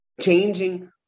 changing